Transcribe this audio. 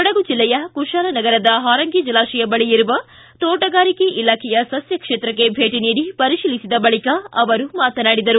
ಕೊಡಗು ಜಿಲ್ಲೆಯ ಕುಶಾಲನಗರದ ಹಾರಂಗಿ ಜಲಾಶಯ ಬಳಿ ಇರುವ ತೋಟಗಾರಿಕೆ ಇಲಾಖೆಯ ಸಸ್ಯ ಕ್ಷೇತ್ರಕ್ಕೆ ಭೇಟಿ ನೀಡಿ ಪರಿತೀಲಿಸಿದ ನಂತರ ಅವರು ಮಾತನಾಡಿದರು